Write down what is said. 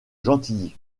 gentilly